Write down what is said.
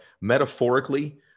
metaphorically